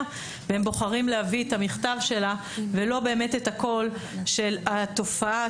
והם בוחרים להביא את המכתב שלה ולא באמת את הקול של התופעה,